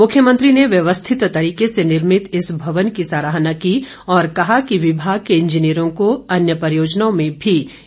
मुख्यमंत्री ने व्यवस्थित तरीके से निर्मित इस भवन की सराहना की और कहा कि विभाग के इंजीनियरों को अन्य परियोजनाओं में भी इसे लागू करना चाहिए